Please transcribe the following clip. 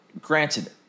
granted